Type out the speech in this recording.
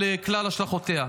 על כלל השלכותיה.